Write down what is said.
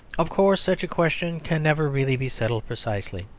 of course such a question can never really be settled precisely,